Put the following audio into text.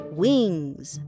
wings